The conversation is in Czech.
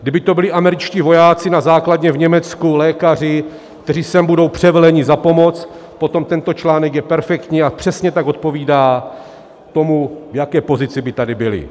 Kdyby to byli američtí vojáci na základně v Německu, lékaři, kteří sem budou převeleni na pomoc, potom tento článek je perfektní a přesně tak odpovídá tomu, v jaké pozici by tady byli.